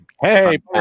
Hey